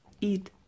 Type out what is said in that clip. eat